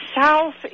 south